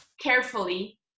carefully